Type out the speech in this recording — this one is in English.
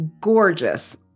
gorgeous